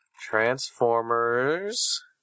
transformers